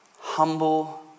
humble